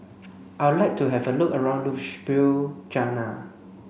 I would like to have a look around Ljubljana